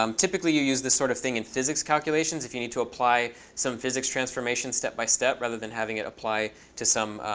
um typically, you use this sort of thing in physics calculations if you need to apply some physics transformation step by step rather than having it apply to some,